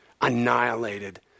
annihilated